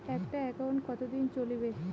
একটা একাউন্ট কতদিন চলিবে?